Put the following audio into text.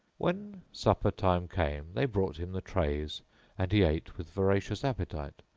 when supper time came they brought him the trays and he ate with voracious appetite,